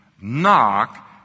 Knock